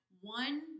One